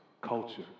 culture